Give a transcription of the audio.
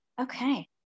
Okay